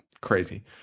crazy